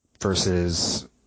versus